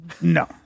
no